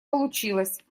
получилось